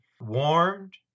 warmed